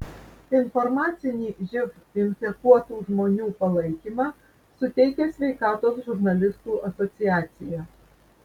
informacinį živ infekuotų žmonių palaikymą suteikia sveikatos žurnalistų asociacija